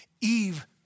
Eve